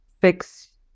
Fix